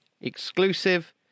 exclusive